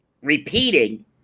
repeating